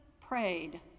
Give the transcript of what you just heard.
prayed